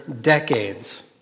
decades